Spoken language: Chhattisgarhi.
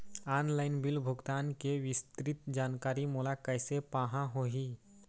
ऑनलाइन बिल भुगतान के विस्तृत जानकारी मोला कैसे पाहां होही?